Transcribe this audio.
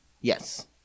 Yes